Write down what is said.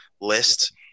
list